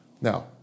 Now